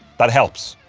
that helps,